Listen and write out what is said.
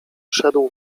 szedł